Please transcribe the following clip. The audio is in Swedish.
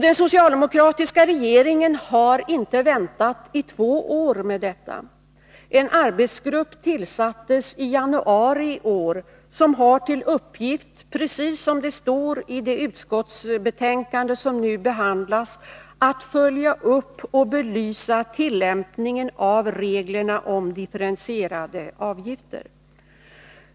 Den socialdemokratiska regeringen har inte väntat i två år med detta. I januari i år tillsattes en arbetsgrupp som har till uppgift — precis som det står i det utskottsbetänkande som nu behandlas — att följa upp och belysa tillämpningen av reglerna om differentierade avgifter.